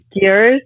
gears